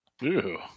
Ew